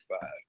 five